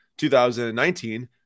2019